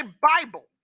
Bible